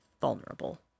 vulnerable